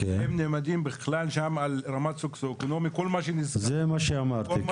הם נאמדים בכלל שם על הרמה הסוציואקונומי --- זה מה שאמרתי,